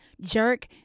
jerk